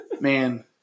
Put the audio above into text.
man